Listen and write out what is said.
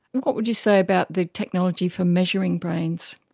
what would you say about the technology for measuring brains?